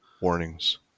warnings